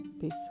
Peace